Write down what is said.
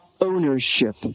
ownership